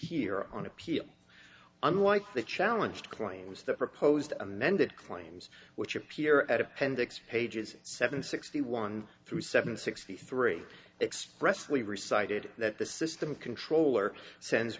here on appeal unlike the challenge claims the proposed amended claims which appear at appendix pages seven sixty one through seven sixty three expressed we recited that the system controller sends